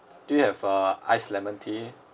do you have uh ice lemon tea